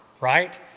right